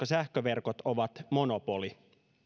sähköverkot ovat monopoli